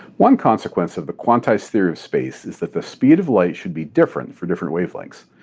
one consequence of the quantized theory of space is that the speed of light should be different for different wavelengths.